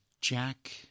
Jack